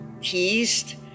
teased